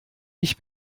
ich